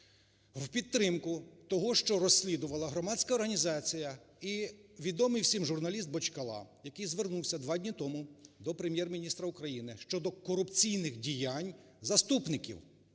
в підтримку того, що розслідувала громадська організація і відомий всім журналіст Бочкала, який звернувся два дні тому до Прем'єр-міністра України щодо корупційних діянь заступників